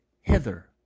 Hither